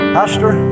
Pastor